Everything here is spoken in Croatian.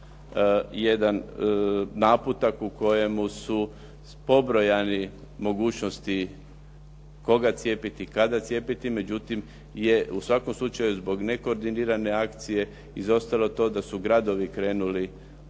jedan naputak u kojemu su pobrojani mogućnosti koga cijepiti, kada cijepiti, međutim je u svakom slučaju zbog nekoordinirane akcije izostalo to da su gradovi krenuli u